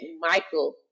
Michael